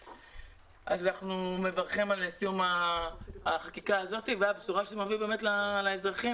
אני מברכת על סיום החקיקה ועל הבשורה שהיא מביאה לאזרחים.